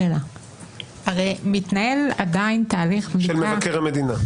הרי מתנהל עדיין תהליך --- של מבקר המדינה.